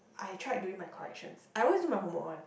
I tried doing my corrections I always do my homework one